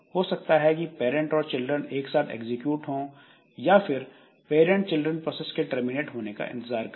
हो सकता है कि पैरंट और चिल्ड्रन एक साथ एग्जीक्यूट होंया फिर पेरेंट चिल्ड्रन प्रोसेस के टर्मिनेट होने का इंतजार करें